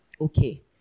Okay